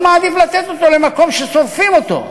אז הוא מעדיף לתת אותו למקום ששורפים אותו.